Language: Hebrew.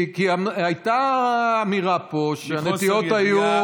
כי הייתה אמירה פה שהנטיעות היו